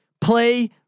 Play